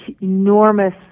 enormous